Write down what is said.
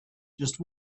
just